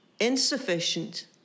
insufficient